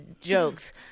jokes